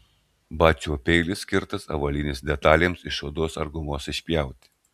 batsiuvio peilis skirtas avalynės detalėms iš odos ar gumos išpjauti